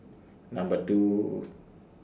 Number two